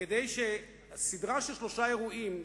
כדי שסדרה של שלושה אירועים,